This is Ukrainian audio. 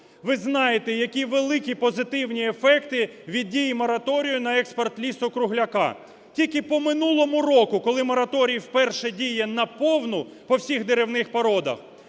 Ви знаєте, які великі позитивні ефекти від дії мораторію на експорт лісу-кругляка. Тільки по минулому року, коли мораторій вперше діє на повну по всіх деревних породах,